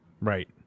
Right